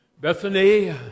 Bethany